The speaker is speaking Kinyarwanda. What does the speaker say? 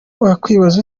wakwibaza